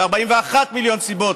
ו-39 מיליון סיבות,